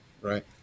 right